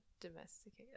domesticated